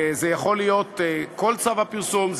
זה יכול להיות כל צו איסור הפרסום,